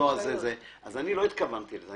אני לא התכוונתי לזה.